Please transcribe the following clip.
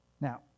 Now